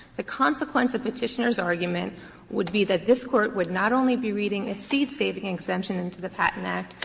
the consequence of petitioner's argument would be that this court would not only be reading a seed-saving exemption into the patent act,